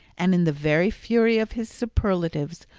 and in the very fury of his superlatives,